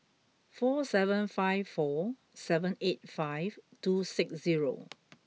four seven five four seven eight five two six zero